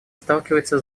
сталкивается